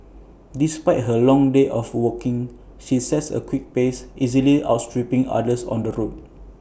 despite her long day of walking she sets A quick pace easily outstripping others on the road